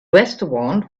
restaurant